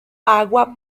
agua